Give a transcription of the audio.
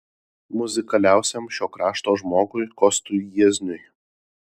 muzikaliausiam šio krašto žmogui kostui jiezniui